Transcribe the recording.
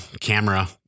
camera